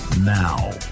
Now